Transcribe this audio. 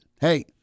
hey